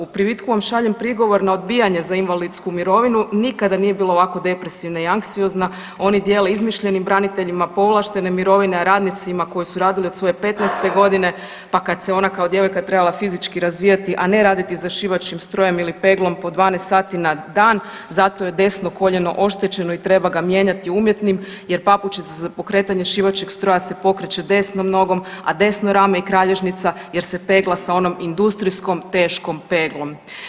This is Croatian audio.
U privitku vam šaljem prigovor na odbijanje za invalidsku mirovinu, nikada nije bila ovako depresivna i anksiozna, oni dijele izmišljenim braniteljima povlaštene mirovine, a radnicima koji su radili od svoje 15. godine, pa kad se ona kao djevojka trebala fizički razvijati, a ne raditi za šivaćim strojem ili peglom, po 12 sati na dan, zato joj je desno koljeno oštećeno i treba ga mijenjati umjetnim jer papučica za pokretanje šivaćeg stroja se pokreće desnom nogom, a desno rame i kralježnica jer se pegla sa onom industrijskom teškom peglom.